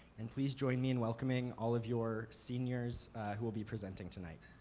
and please join me in welcoming all of your seniors who will be presenting tonight.